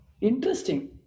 interesting